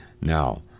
Now